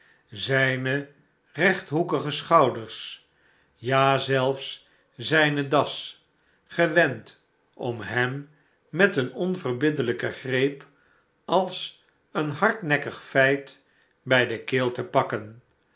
zijne rechthoekige schouders ja zelfs zijne das gewendom hem met een onverbiddelijken greep als een hardnekkig feit bij de keel te pakken